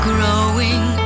Growing